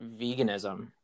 veganism